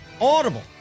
Audible